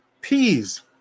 peas